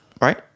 Right